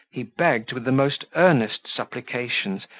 he begged, with the most earnest supplications,